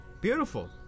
Beautiful